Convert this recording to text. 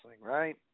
right